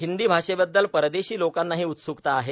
हिंदी भाषेबद्दल परदेशी लोकांनाही उत्सुकता आहे